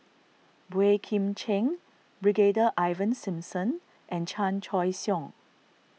Boey Kim Cheng Brigadier Ivan Simson and Chan Choy Siong